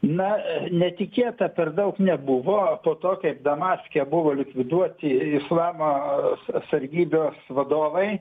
na netikėta per daug nebuvo po to kaip damaske buvo likviduoti islamo sargybos vadovai